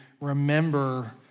remember